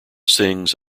sings